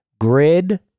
grid